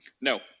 No